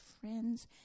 friends